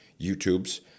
YouTubes